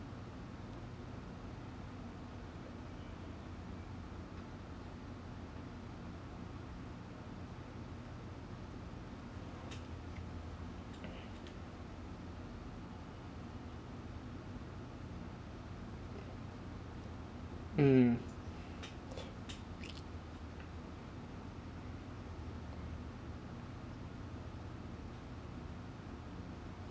mm